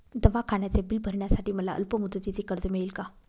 दवाखान्याचे बिल भरण्यासाठी मला अल्पमुदतीचे कर्ज मिळेल का?